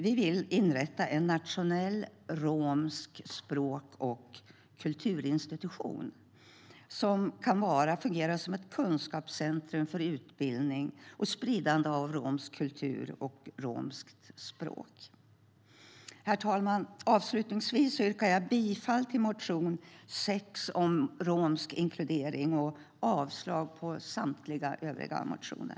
Vi vill inrätta en nationell romsk språk och kulturinstitution som kan fungera som ett kunskapscentrum för utbildning och spridande av romsk kultur och romskt språk. Herr talman! Avslutningsvis yrkar jag bifall till motion 6 om romsk inkludering och avslag på samtliga övriga motioner.